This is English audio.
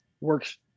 works